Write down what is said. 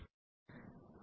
ഇതെന്തിനാണ് തുല്യമാകുന്നത്